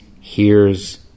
hears